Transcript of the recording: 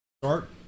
Start